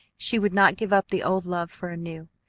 she would not give up the old love for a new,